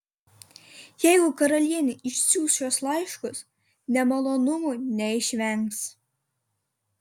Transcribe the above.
jeigu karalienė išsiųs šiuos laiškus nemalonumų neišvengs